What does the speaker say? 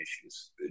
issues